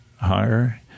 higher